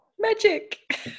Magic